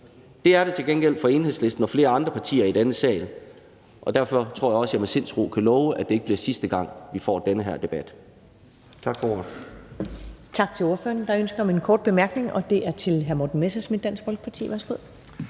Det er det til gengæld for Enhedslisten og flere andre partier i denne sag, og derfor tror jeg også, at jeg med sindsro kan love, at det ikke bliver sidste gang, vi får den her debat.